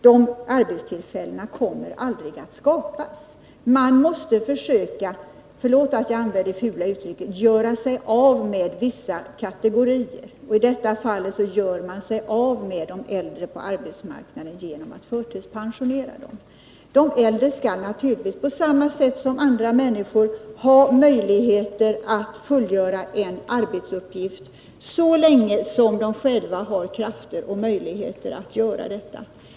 De arbetstillfällena kommer aldrig att skapas. Man måste försöka — förlåt att jag använder det fula uttrycket — göra sig av med vissa kategorier. I detta fall ”gör man sig av med” de äldre på arbetsmarknaden genom att förtidspensionera dem. De äldre skall naturligtvis på samma sätt som andra människor ha möjligheter att fullgöra en arbetsuppgift så länge som de själva har krafter och möjligheter att göra detta.